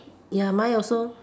ya mine also